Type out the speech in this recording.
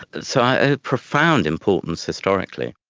so a profound importance historically.